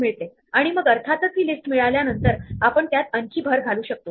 म्हणून स्टॅक मध्ये आपण शेवटी जे एलिमेंट टाकले आहे तेच फक्त काढू शकतो